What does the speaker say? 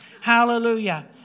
Hallelujah